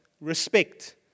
respect